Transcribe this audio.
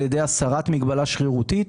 על ידי הסרת מגבלה שרירותית,